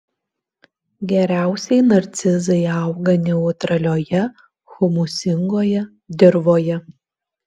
geriausiai narcizai auga neutralioje humusingoje dirvoje